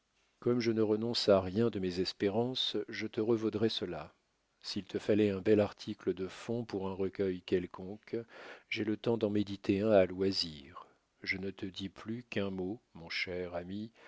comme je ne renonce à rien de mes espérances je te revaudrai cela s'il te fallait un bel article de fond pour un recueil quelconque j'ai le temps d'en méditer un à loisir je ne te dis plus qu'un mot mon cher ami